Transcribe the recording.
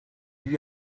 eut